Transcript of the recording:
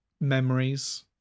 memories